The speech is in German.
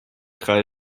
drei